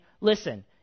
listen